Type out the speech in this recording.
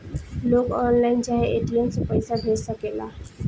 लोग ऑनलाइन चाहे ए.टी.एम से पईसा भेज सकेला